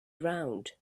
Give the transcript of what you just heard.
round